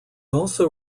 also